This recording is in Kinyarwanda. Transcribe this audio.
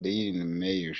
dailymail